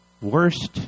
worst